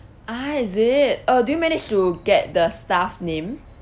ah is it uh do you manage to get the staff name